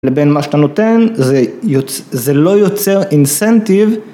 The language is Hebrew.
לבין מה שאתה נותן זה לא יוצר אינסנטיב